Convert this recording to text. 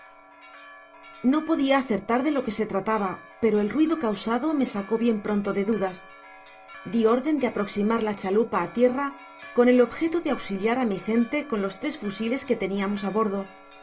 no podia acertar de loque se trataba pero e ruido causado me sacó bien pronto de dudas di órden de aproximar la chalupa á tierra con el objeto de auxiliar á mi gente con los tres fusiles que teniamos á bordo